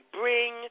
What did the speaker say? bring